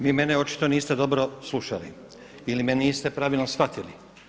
Vi mene očito niste dobro slušali ili me niste pravilno shvatili.